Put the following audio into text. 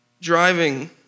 driving